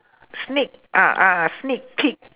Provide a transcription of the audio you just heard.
sneak ah ah sneak peek